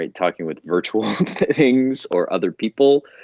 and talking with virtual things or other people,